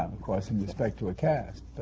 course, in respect to a cast.